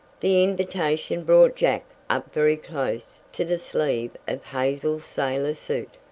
the invitation brought jack up very close to the sleeve of hazel's sailor suit.